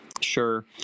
Sure